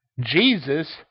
Jesus